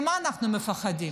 ממה אנחנו מפחדים?